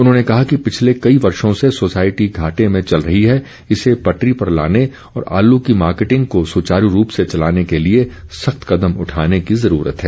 उन्होंने कहा कि पिछले कई वर्षो से सोसायटी घाटे में चल रही है इसे पटर्श पर लाने और आलू की मार्केटिंग को सुचारू रूप से चलाने के लिए सख्त कदम उठाने की जरूरत है